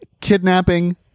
kidnapping